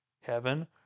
heaven